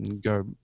Go